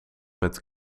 met